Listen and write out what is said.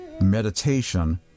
meditation